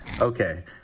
okay